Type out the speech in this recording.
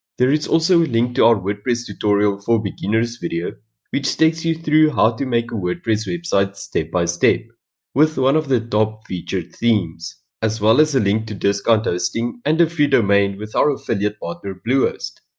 there is also a link to our wordpress tutorial for beginners video which takes you through how to make a wordpress website step by step with one of the top featured themes as well as a link to discount hosting and a free domain with our affiliate partner bluehost.